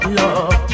love